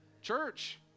Church